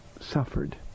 suffered